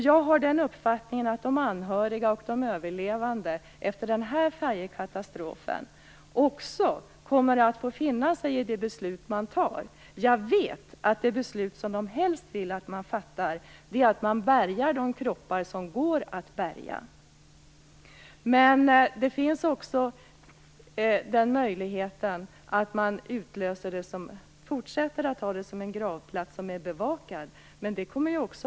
Jag har uppfattningen att de anhöriga och de överlevande efter denna färjekatastrof också kommer att få finna sig i det beslut som fattas. Jag vet att det beslut som de helst vill att man fattar är att man bärgar de kroppar som går att bärga. Möjligheten att fortsätta att ha platsen som en bevakad gravplats finns också.